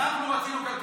אבל הוא לא חבר כנסת.